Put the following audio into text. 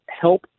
help